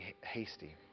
hasty